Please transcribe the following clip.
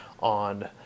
on